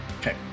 Okay